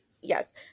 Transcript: yes